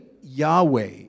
Yahweh